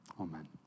Amen